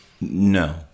No